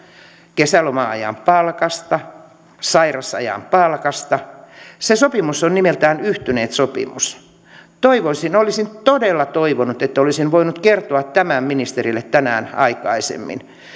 kesäloma ajan palkasta sairausajan palkasta se sopimus on nimeltään yhtyneet sopimus olisin todella toivonut että olisin voinut kertoa tämän ministerille tänään aikaisemmin